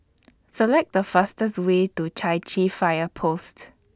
Select The fastest Way to Chai Chee Fire Post